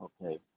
Okay